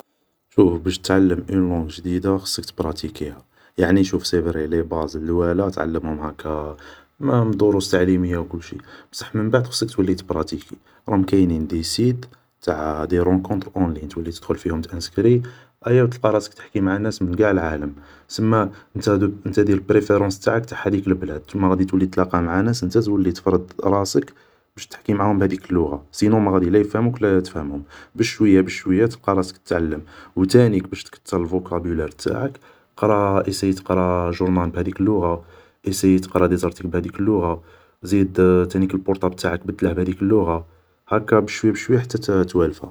شو باش تتعلم اون لانق جديدة خصك تبراتيكيها يعني شوف سي فري لي باز اللوالا تتعلمهم هاكا من دروس تعليمية و كلشي, بصح من بعد خصك تولي تبراتيكي, راهم كاينين دي سيت تاع دي رونكونطر اونليني, تولي تدخل فيهم تانسكري, أيا تلقى راسك تحكي معا ناس من قاع العالم, سما نتا دير بريفيرونس تاعك تاع هاديك لبلاد, سما تولي تتلاقا معا ناس نتا تولي تفرض راسك باش تحكي معهم بهاديك اللغة, سينون ما غادي لا يفهموك لا تفهمهم, بشوية بشوية تلقى راسك تتعلم, و تانيك باش تكتر فوكابيلار تاعك, قرا ايسايي تقرا جورنال بهاديك اللغة, ايسيي تقرا دي زارتيكل بهاديك اللغة, زيد تانيك البورطابل تاعك بدله بهاديك اللغة, هاكا بشوية بشوية حتى توالفها